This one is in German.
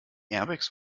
airbags